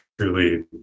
truly